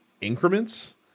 increments